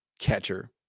catcher